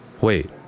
Wait